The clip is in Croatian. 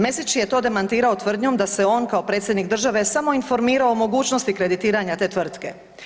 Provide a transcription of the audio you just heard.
Mesić je to demantirao tvrdnjom da se on kao predsjednik države samo informirao o mogućnosti kreditiranja te tvrtke.